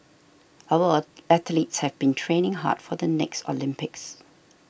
our a athletes have been training hard for the next Olympics